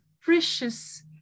precious